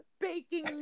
baking